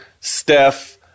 Steph